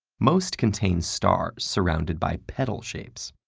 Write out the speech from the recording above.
most contain stars surrounded by petal shapes.